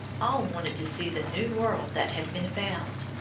all wanted to see the new world that had been found.